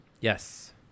Yes